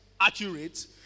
accurate